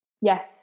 Yes